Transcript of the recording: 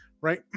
right